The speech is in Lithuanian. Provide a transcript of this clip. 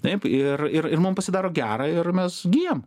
taip ir ir ir mum pasidaro gera ir mes gyjam